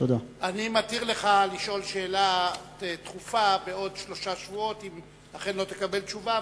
אני מתיר לך לשאול שאלה דחופה בעוד שלושה שבועות אם אכן לא תקבל תשובה,